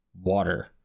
water